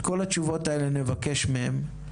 את כל התשובות האלו נבקש מהם.